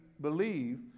believe